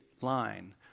line